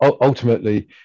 ultimately